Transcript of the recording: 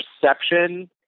perception